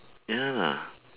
ya